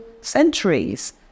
centuries